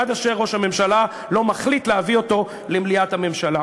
עד אשר ראש הממשלה לא מחליט להביא אותו למליאת הממשלה,